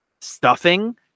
stuffing